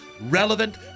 relevant